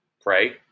Pray